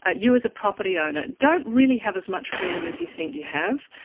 ah you as a property owner, don't really have as much freedom as you think you have.